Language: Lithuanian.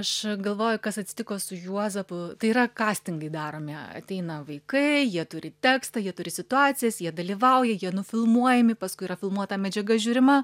aš galvoju kas atsitiko su juozapu tai yra kastingai daromi ateina vaikai jie turi tekstą jie turi situacijas jie dalyvauja jie nufilmuojami paskui yra filmuota medžiaga žiūrima